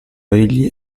egli